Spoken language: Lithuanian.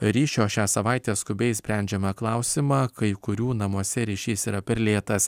ryšio šią savaitę skubiai sprendžiame klausimą kai kurių namuose ryšys yra per lėtas